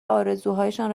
آرزوهایشان